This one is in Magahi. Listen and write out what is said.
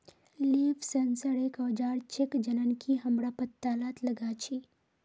लीफ सेंसर एक औजार छेक जननकी हमरा पत्ततात लगा छी